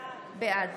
בעד